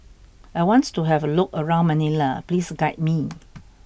I want to have a look around Manila please guide me